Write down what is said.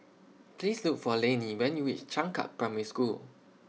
Please Look For Lanie when YOU REACH Changkat Primary School